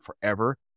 forever